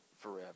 forever